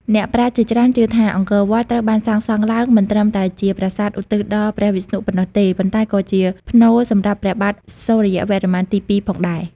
អ្នកប្រាជ្ញជាច្រើនជឿថា អង្គរវត្ត ត្រូវបានសាងសង់ឡើងមិនត្រឹមតែជាប្រាសាទឧទ្ទិសដល់ព្រះវិស្ណុប៉ុណ្ណោះទេ ប៉ុន្តែក៏ជាផ្នូរសម្រាប់ព្រះបាទសូរ្យវរ្ម័នទី២ផងដែរ។